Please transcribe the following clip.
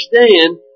understand